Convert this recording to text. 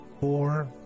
Four